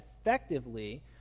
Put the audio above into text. effectively